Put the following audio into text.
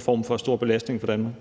skulle blive en stor belastning for Danmark.